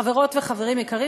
חברות וחברים יקרים.